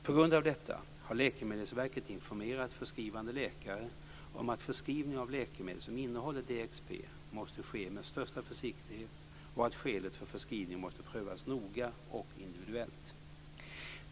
På grund av detta har Läkemedelsverket informerat förskrivande läkare om att förskrivning av läkemedel som innehåller DXP måste ske med största försiktighet och att skälet för förskrivningen måste prövas noga och individuellt.